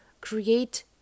create